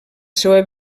seva